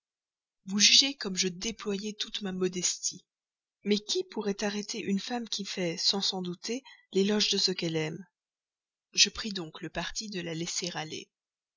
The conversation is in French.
jugez comme je déployai toute ma modestie mais qui pourrait arrêter une femme qui fait sans s'en douter l'éloge de ce qu'elle aime je pris donc le parti de la laisser aller